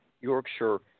Yorkshire